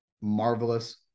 Marvelous